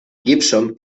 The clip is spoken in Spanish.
gibson